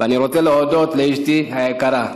ואני רוצה להודות לאשתי היקרה,